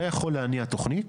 אתה יכול להניע תוכנית.